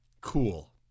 Cool